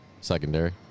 secondary